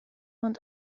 ond